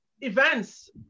events